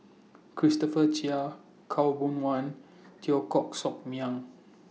Christopher Chia Khaw Boon Wan Teo Koh Sock Miang